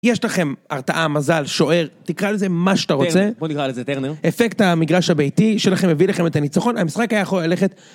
יש לכם הרתעה, מזל, שוער, תקרא לזה מה שאתה רוצה. בוא נקרא לזה טרנר. אפקט המגרש הביתי שלכם הביא לכם את הניצחון, המשחק היה יכול ללכת.